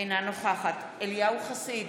אינה נוכחת אליהו חסיד,